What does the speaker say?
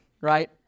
right